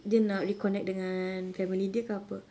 dia nak reconnect dengan family dia ke apa